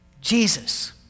Jesus